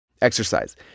Exercise